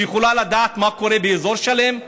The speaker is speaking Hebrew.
שיכולה לדעת מה קורה באזור שלהם?